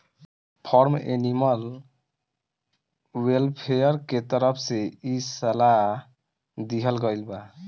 form animal welfare के तरफ से इ सलाह दीहल गईल बा